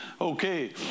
okay